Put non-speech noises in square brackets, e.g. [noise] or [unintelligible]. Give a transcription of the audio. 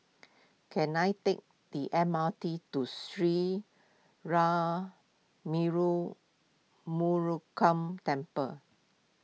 can I take the M R T to Sri [unintelligible] Murugan Temple